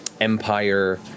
Empire